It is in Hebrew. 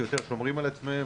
כי הם יותר שומרים על עצמם.